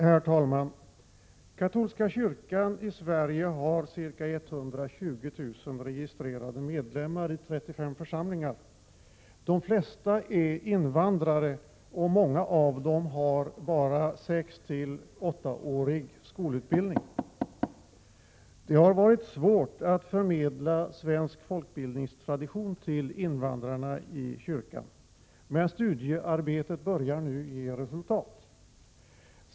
Herr talman! Katolska kyrkan i Sverige har ca 120 000 registrerade medlemmar i 35 församlingar. De flesta är invandrare, och många av dem har bara sextill åttaårig skolutbildning. Det har varit svårt att förmedla svensk folkbildningstradition till invandrarna i kyrkan, men studiearbetet börjar nu ge resultat.